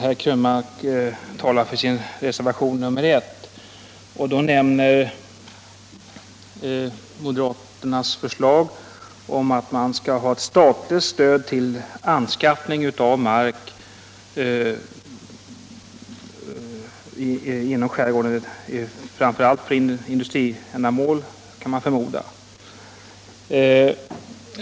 Herr Krönmark talar för sin reservation nr I och nämner moderaternas förslag om ett statligt stöd till anskaffning av mark inom skärgården —- framför allt för industriändamål, kan man förmoda.